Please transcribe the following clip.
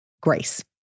grace